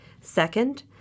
Second